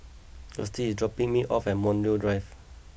Gustie is dropping me off at Montreal Drive